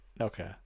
okay